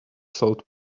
sold